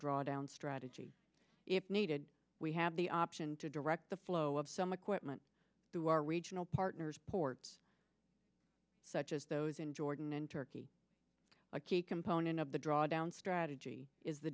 drawdown strategy if needed we have the option to direct the flow of some equipment to our regional partners ports such as those in jordan and turkey a key component of the drawdown strategy is the